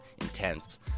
intense